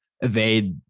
evade